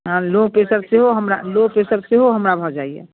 अऽ low pressure सेहो हमरा लो प्रेशर सेहो हमरा भऽ जाइया